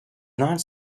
not